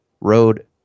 road